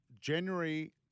January